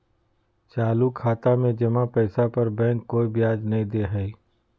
चालू खाता में जमा पैसा पर बैंक कोय ब्याज नय दे हइ